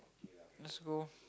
let's go